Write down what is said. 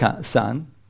son